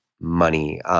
money